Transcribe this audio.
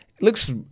Looks